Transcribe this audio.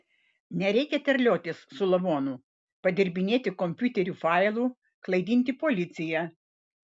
nereikia terliotis su lavonu padirbinėti kompiuterinių failų klaidinti policiją